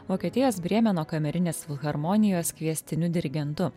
vokietijos brėmeno kamerinės filharmonijos kviestiniu dirigentu